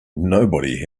nobody